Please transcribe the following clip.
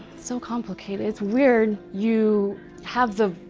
so complicated, it's weird you have the,